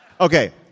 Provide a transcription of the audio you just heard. Okay